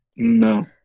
No